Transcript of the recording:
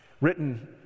written